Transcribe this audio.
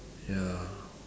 ya